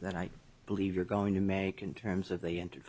that i believe you're going to make in terms of they entered